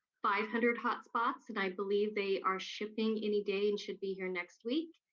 five hundred hot spots, and i believe they are shipping any day and should be here next week.